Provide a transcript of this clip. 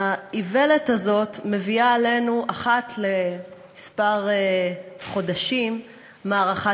האיוולת הזאת מביאה עלינו אחת לכמה חודשים מערכה